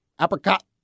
apricot